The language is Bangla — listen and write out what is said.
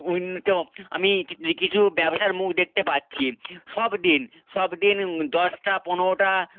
উন্নতি আমি কিছু ব্যবসার মুখ দেখতে পাচ্ছি সব দিন সব দিন দশটা পনেরোটা